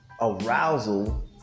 arousal